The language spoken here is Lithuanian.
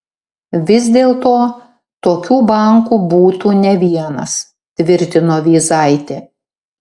vis dėlto tokių bankų būtų ne vienas tvirtino vyzaitė